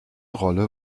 rolle